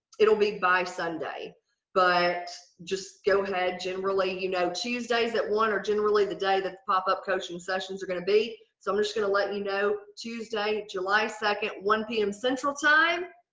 it'll be by sunday but just go ahead generally you know tuesday's that one are generally the day that's pop up coaching sessions are gonna be. so i'm just gonna let you know tuesday, july second, one p m. central time.